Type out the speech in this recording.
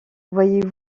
voyez